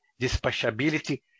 dispatchability